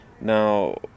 Now